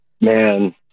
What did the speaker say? Man